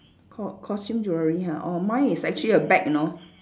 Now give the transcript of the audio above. co~ costume jewellery ha orh mine is actually a bag you know